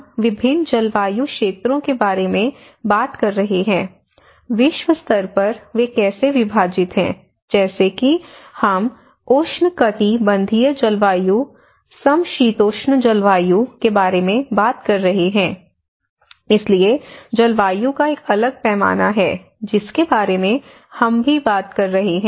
हम विभिन्न जलवायु क्षेत्रों के बारे में बात कर रहे हैं विश्व स्तर पर वे कैसे विभाजित हैं जैसे कि हम उष्णकटिबंधीय जलवायु समशीतोष्ण जलवायु के बारे में बात कर रहे हैं इसलिए जलवायु का एक अलग पैमाना है जिसके बारे में हम भी बात कर रहे हैं